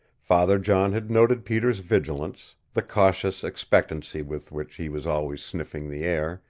father john had noted peter's vigilance, the cautious expectancy with which he was always sniffing the air,